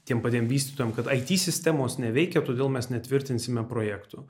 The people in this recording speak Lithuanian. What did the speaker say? tiem patiem vystytojam kad it sistemos neveikia todėl mes ne tvirtinsime projektų